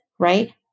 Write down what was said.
right